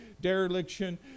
Dereliction